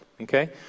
Okay